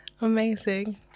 amazing